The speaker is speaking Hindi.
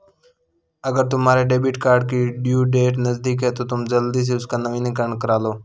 अगर तुम्हारे डेबिट कार्ड की ड्यू डेट नज़दीक है तो तुम जल्दी से उसका नवीकरण करालो